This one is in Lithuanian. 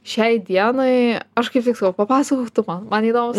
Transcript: šiai dienai aš kaip tik sakau papasakok tu man man įdomus